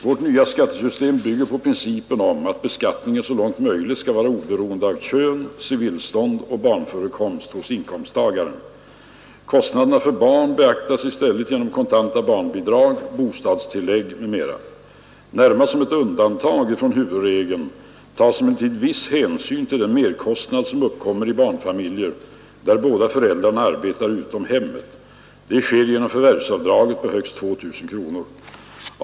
Vårt nya skattesystem bygger på principen att beskattningen så långt möjligt skall vara oberoende av kön, civilstånd och barnförekomst hos inkomsttagaren. Kostnaderna för barn beaktas i stället genom kontanta barnbidrag, bostadstillägg m.m. Närmast som ett undantag från huvudregeln tas emellertid viss hänsyn till den merkostnad som uppkommer i barnfamiljer där båda föräldrarna arbetar utom hemmet. Det sker genom förvärvsavdraget på högst 2 000 kronor.